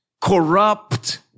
corrupt